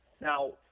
Now